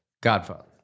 Godfather